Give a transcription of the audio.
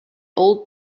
old